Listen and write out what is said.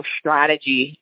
strategy